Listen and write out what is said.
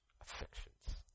Affections